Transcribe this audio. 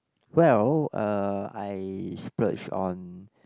well uh I splurge on